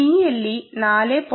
BLE 4